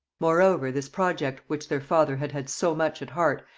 moreover, this project, which their father had had so much at heart,